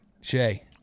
Shay